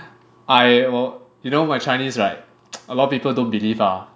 I will you know my Chinese right a lot of people don't believe ah